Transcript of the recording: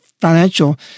financial